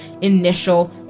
initial